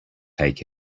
take